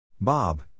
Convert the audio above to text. Bob